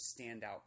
standout